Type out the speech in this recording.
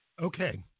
Okay